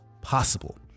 possible